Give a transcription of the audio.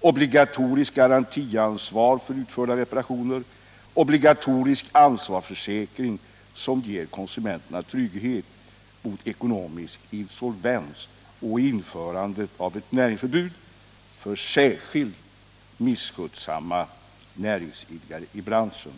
obligatoriskt garantiansvar för utförda reparationer, obligatorisk ansvarsförsäkring som ger konsumenterna trygghet mot ekonomisk insolvens samt införande av ett näringsförbud, för viss tid eller tills vidare, för särskilt misskötsamma näringsidkare i branschen.